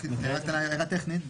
רק הערה טכנית,